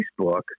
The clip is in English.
Facebook